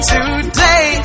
Today